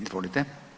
Izvolite.